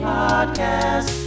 podcast